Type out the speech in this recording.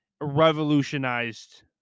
revolutionized